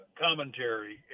commentary